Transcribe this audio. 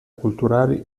culturali